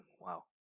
wow